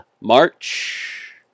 March